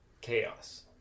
chaos